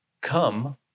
come